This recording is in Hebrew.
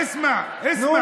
אסמע, אסמע, אסמע.